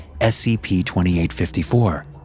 SCP-2854